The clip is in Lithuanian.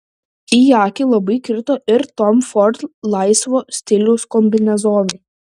į akį labai krito ir tom ford laisvo stiliaus kombinezonai